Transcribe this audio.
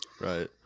right